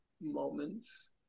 moments